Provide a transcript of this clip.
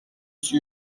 sur